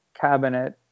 cabinet